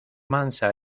mansa